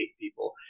people